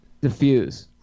Diffuse